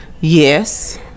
Yes